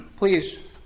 Please